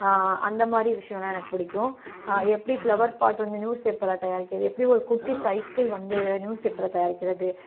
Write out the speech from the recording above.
அந்தமாதிரி விஷயம்லாம் எனக்கு பிடிக்கும் எப்படி ஃப்ளவர் பாட் வந்து நியூஸ் பேப்பர்ல தயாரிக்கிறது எப்படி ஒரு குட்டி சைக்கிள் வந்து நியூஸ் பேப்பர்ல தயாரிக்கிறது